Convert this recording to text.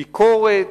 ביקורת,